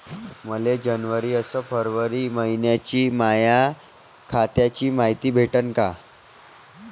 मले जनवरी अस फरवरी मइन्याची माया खात्याची मायती भेटन का?